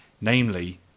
namely